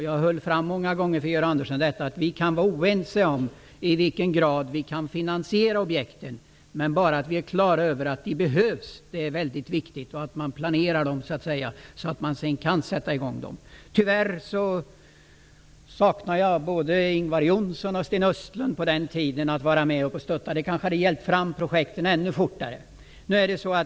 Jag höll många gånger fram för Georg Andersson att vi kan vara oense om till vilken grad vi kan finansiera objekten, bara vi är på det klara med att de behövs. Det är mycket viktigt, liksom att man planerar dem, så att man är redo att sätta i gång dem. Tyvärr saknade jag både Ingvar Johnssons och Sten Östlunds stöd på den tiden. Det kanske hade hjälpt fram projekten ännu fortare.